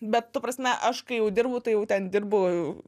bet ta prasme aš kai jau dirbu tai jau ten dirbu